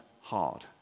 hard